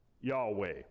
Yahweh